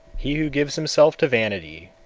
he who gives himself to vanity,